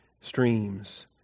streams